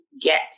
get